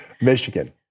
Michigan